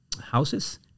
houses